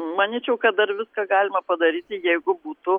manyčiau kad dar viską galima padaryti jeigu būtų